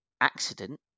accident